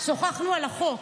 שוחחנו על החוק.